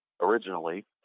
originally